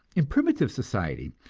in primitive society,